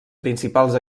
principals